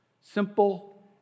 simple